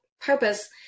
purpose